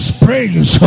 Springs